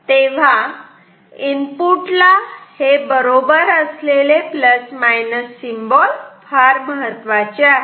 तेव्हा इनपुटला हे बरोबर असलेले प्लस मायनस सिम्बॉल फार महत्वाचे आहेत